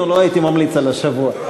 לא הייתי ממליץ על השבוע.